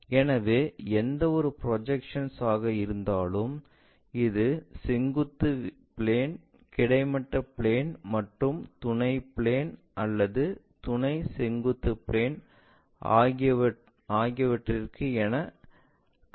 எனவே எந்தவொரு ப்ரொஜெக்ஷன்ஸ் ஆக இருந்தாலும் இது செங்குத்து பிளேன் கிடைமட்ட பிளேன் மற்றும் துணை பிளேன் அல்லது துணை செங்குத்து பிளேன் ஆகியவற்றுக்கு என்று கருத விரும்புகிறோம்